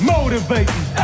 Motivating